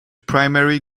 primary